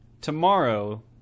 tomorrow